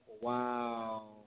Wow